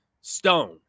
Stone